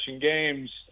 games